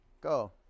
Go